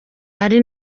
ari